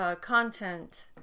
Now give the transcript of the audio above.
content